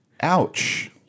Ouch